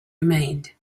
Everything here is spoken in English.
remained